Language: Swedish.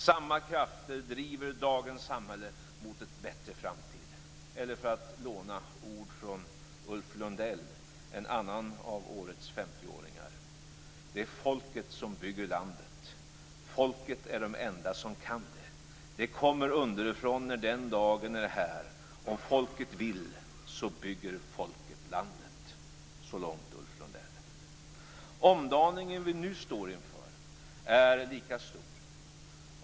Samma krafter driver dagens samhälle mot en bättre framtid, eller, för att låna ord från Ulf Lundell, en annan av årets 50-åringar: "Men det är folket som bygger landet Folket är dom enda som kan det Det kommer underifrån när den dagen är här Om folket vill så bygger folket landet" Omdaningen som vi nu står inför är lika stor.